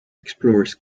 explorers